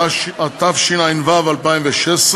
התשע"ו 2016,